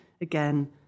again